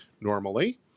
normally